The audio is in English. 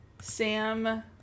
Sam